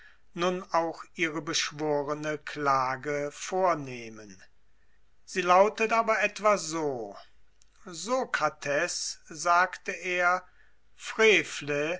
nun auch ihre beschworene klage vornehmen sie lautet aber etwa so sokrates sagte er frevle